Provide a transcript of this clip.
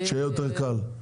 שיהיה יותר קל.